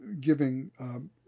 giving